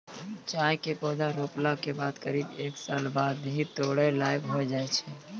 चाय के पौधा रोपला के बाद करीब एक साल बाद ही है तोड़ै लायक होय जाय छै